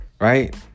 right